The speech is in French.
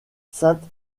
sainte